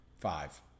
Five